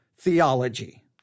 theology